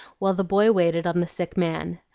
while the boy waited on the sick man.